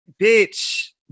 bitch